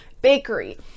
bakery